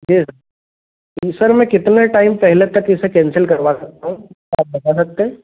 जी sir मैं कितने time पहले तक इसे कैंसिल करवा सकता हूँ आप बात सकते हैं